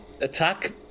Attack